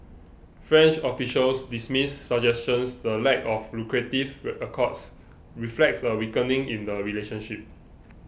French officials dismiss suggestions the lack of lucrative accords reflects a weakening in the relationship